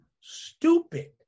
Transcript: stupid